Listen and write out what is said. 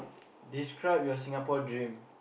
describe your Singapore dream